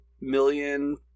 million